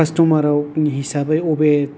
customer नि हिसाबै बबे